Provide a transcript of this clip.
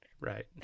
Right